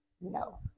no